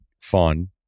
fun